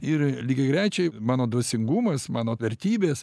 ir lygiagrečiai mano dvasingumas mano vertybės